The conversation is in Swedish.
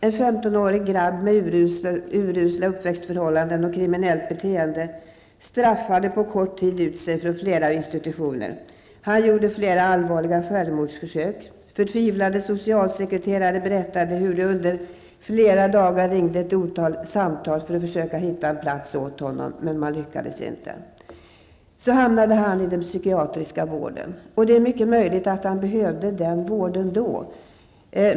En femtonårig grabb med urusla uppväxtförhållanden och kriminellt beteende straffade på kort tid ut sig från flera institutioner. Han gjorde flera allvarliga självmordsförsök. Förtvivlade socialsekreterare berättade hur de under flera dagar ringde ett otal samtal för att försöka hitta en plats men utan att lyckas. Så hamnade han i den psykiatriska vården, och det är mycket möjligt att han behövde den vården då.